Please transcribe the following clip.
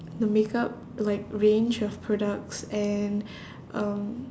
the makeup like range of products and um